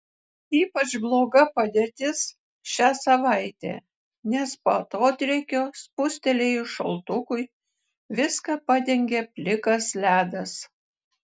ypač bloga padėtis šią savaitę nes po atodrėkio spustelėjus šaltukui viską padengė plikas ledas